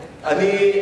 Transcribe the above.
בן-ארי,